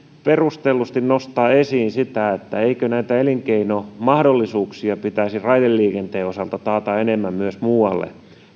perustellusti nostaa esiin sitä että eikö näitä elinkeinomahdollisuuksia pitäisi raideliikenteen osalta taata enemmän myös muualle